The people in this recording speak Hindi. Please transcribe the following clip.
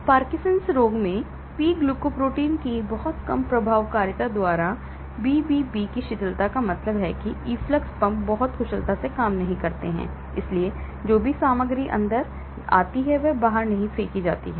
पार्किंसंस रोग पी ग्लाइकोप्रोटीन की कम प्रभावकारिता द्वारा BBB की शिथिलता का मतलब है कि इफ्लक्स पंप बहुत कुशलता से काम नहीं करते हैं इसलिए जो भी सामग्री अंदर आती है वह बाहर नहीं फेंकी जाती है